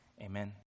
Amen